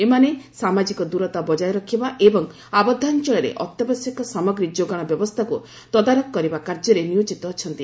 ଏମାନେ ସାମାଜିକ ଦୂରତା ବଜାୟରଖିବା ଏବଂ ଆବଦ୍ଧାଞ୍ଚଳରେ ଅତ୍ୟାବଶ୍ୟକ ସାମଗ୍ରୀ ଯୋଗାଣ ବ୍ୟବସ୍ଥାକୁ ତଦାରଖ କରିବା କାର୍ଯ୍ୟରେ ନିୟୋଜିତ ଅଛନ୍ତି